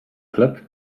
chleb